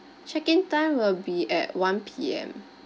check in time will be at one P_M